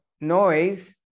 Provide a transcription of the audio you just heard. noise